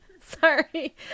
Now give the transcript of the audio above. sorry